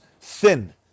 thin